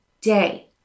day